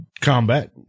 combat